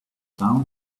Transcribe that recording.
down